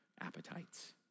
appetites